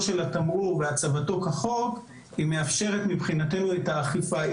של התמרור והצבתו כחוק מאפשרת מבחינתנו את האכיפה.